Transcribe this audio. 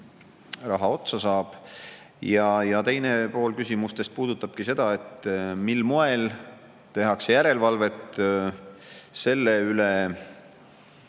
raha otsa saab. Ja teine pool küsimustest puudutab seda, mil moel tehakse järelevalvet selle üle,